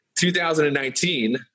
2019